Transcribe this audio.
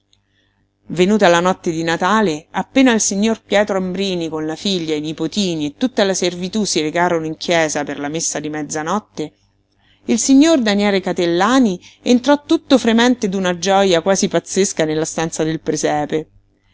lui venuta la notte di natale appena il signor pietro ambrini con la figlia e i nipotini e tutta la servitú si recarono in chiesa per la messa di mezzanotte il signor daniele catellani entrò tutto fremente d'una gioja quasi pazzesca nella stanza del presepe